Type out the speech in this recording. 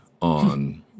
on